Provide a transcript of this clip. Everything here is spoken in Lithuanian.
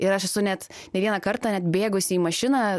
ir aš esu net ne vieną kartą net bėgusi į mašiną